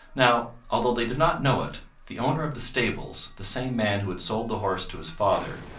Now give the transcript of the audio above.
now, although they did not know it, the owner of the stables, the same man who had sold the horse to his father,